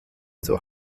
zur